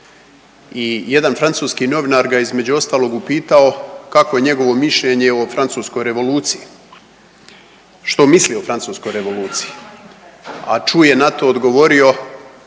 i jedan francuski novinar ga je između ostalog upitao kakvo je njegovo mišljenje o Francuskoj revoluciji, što misli o Francuskoj revoluciji, a Ču je na to odgovorio